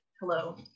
hello